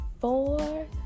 four